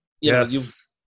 yes